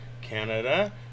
Canada